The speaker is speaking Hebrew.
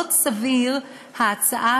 מאוד סבירה ההצעה